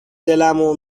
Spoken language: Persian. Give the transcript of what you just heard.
دلمو